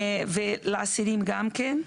ולאסירים גם כן.